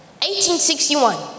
1861